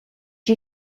you